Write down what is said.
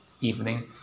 evening